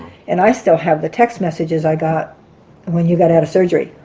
and i still have the text messages i got when you got out of surgery.